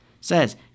Says